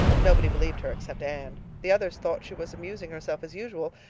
nobody believed her, except anne. the others thought she was amusing herself as usual,